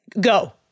Go